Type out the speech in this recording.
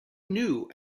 knew